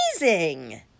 amazing